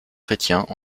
chrétiens